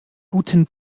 guten